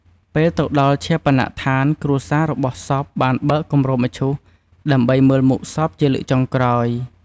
ពេលទៅដល់ឈាបនដ្ឋានគ្រួសាររបស់សពបានបើកគម្របមឈូសដើម្បីមើលមុខសពជាលើកចុងក្រោយ។